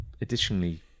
additionally